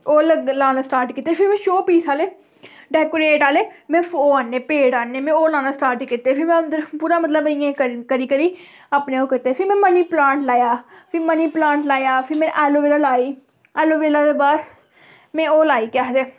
ओह् लग्गे लाना स्टार्ट कीते फ्ही में शो पीस आह्ले डेकोरेट आह्ले में ओह् आह्ने पेड़ आह्ने में ओह् लाना स्टार्ट कीते फिर में उद्धर पूरा मतलब इ'यां करी करी अपने ओह् कीते उसी में मनी प्लांट लाया फ्ही मनी प्लांट लाया फ्ही में एलोवेरा लाई एलोवेरा दे बाद में ओह् लाई केह् आखदे